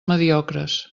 mediocres